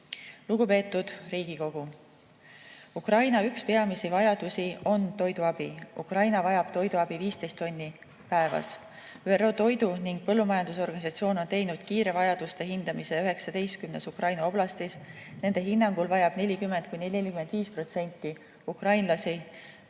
Lugupeetud Riigikogu! Ukraina peamisi vajadusi on toiduabi. Ukraina vajab toiduabi 15 tonni päevas. ÜRO Toidu- ja Põllumajandusorganisatsioon on teinud kiire vajaduste hindamise 19 Ukraina oblastis. Nende hinnangul vajab 40–45% ukrainlastest